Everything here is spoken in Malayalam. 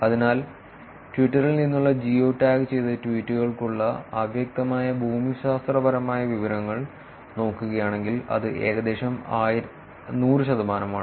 അതിനാൽ ട്വിറ്ററിൽ നിന്നുള്ള ജിയോ ടാഗുചെയ്ത ട്വീറ്റുകൾക്കുള്ള അവ്യക്തമായ ഭൂമിശാസ്ത്രപരമായ വിവരങ്ങൾ നോക്കുകയാണെങ്കിൽ അത് ഏകദേശം 100 ശതമാനമാണ്